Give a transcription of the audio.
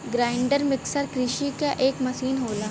grinder mixer कृषि क एक मसीन होला